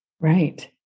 Right